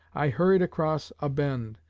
i hurried across a bend,